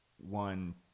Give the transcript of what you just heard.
one